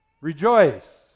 rejoice